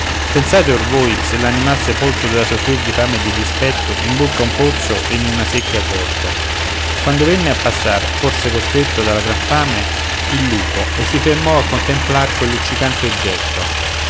pensate or voi se l'animal sepolto dovea soffrir di fame e di dispetto in bocca a un pozzo e in una secchia colto quando venne a passar forse costretto dalla gran fame il lupo e si fermò a contemplar quel luccicante oggetto